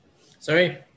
Sorry